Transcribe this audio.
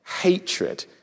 hatred